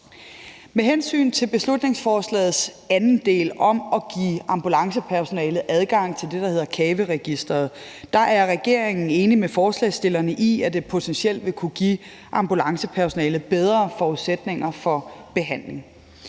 Med hensyn til beslutningsforslagets anden del om at give ambulancepersonalet adgang til det, der hedder CAVE-registeret, er regeringen enig med forslagsstillerne i, at det potentielt vil give ambulancepersonalet bedre forudsætninger for behandling.